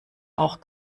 auch